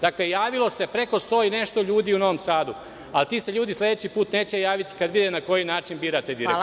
Dakle, javilo se preko 100 i nešto ljudi u Novom Sadu, a ti se ljudi sledeći put neće javiti kad vide na koji način birate direktora.